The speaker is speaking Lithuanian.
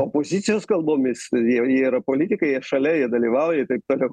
opozicijos kalbomis jie jie yra politikai jie šalia jie dalyvauja ir taip toliau